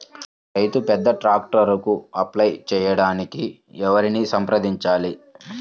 రైతు పెద్ద ట్రాక్టర్కు అప్లై చేయడానికి ఎవరిని సంప్రదించాలి?